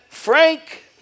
Frank